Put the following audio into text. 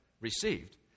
received